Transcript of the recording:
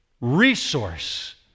resource